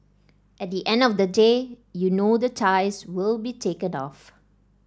at the end of the day you know the ties will be taken off